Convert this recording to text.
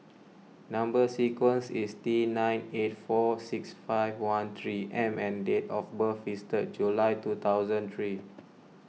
Number Sequence is T nine eight four six five one three M and date of birth is third July two thousand three